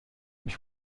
mich